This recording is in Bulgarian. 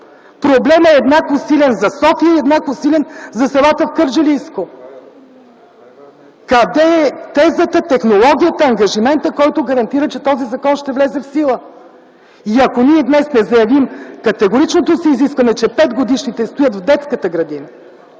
Проблемът е еднакво силен за София и за селата в Кърджалийско. Къде е тезата, технологията, ангажиментът, който гарантира, че този закон ще влезе в сила?! И ако ние днес не заявим категоричното си изискване, че 5-годишните стоят в детската градина